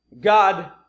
God